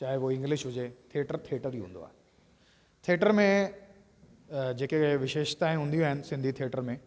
चाहे उहो इंग्लिश हुजे थिएटर थिएटर ई हूंदो आहे थिएटर में जेके विशेषताऊं हूंदियूं आहिनि सिंधी थिएटर में